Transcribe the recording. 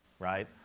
right